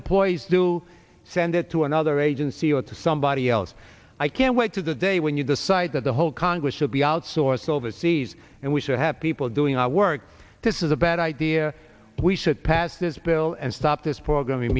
employees do send it to another agency or to somebody else i can't wait to the day when you decide that the whole congress should be outsourced overseas and we should have people doing our work this is a bad idea we should pass this bill and stop this program